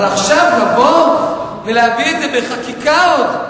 אבל עכשיו לבוא ולהביא את זה בחקיקה עוד?